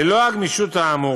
ללא הגמישות האמורה,